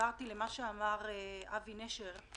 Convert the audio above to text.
התחברתי למה שאמר אבי נשר.